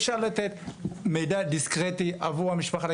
אפשר לתת מידע דיסקרטי עבור המשפחות,